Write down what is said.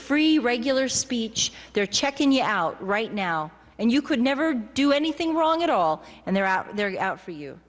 free regular speech they're checking you out right now and you could never do anything wrong at all and they're out there for you